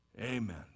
Amen